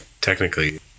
technically